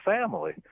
family